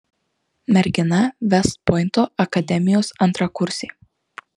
mergina vest pointo akademijos antrakursė